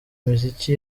imiziki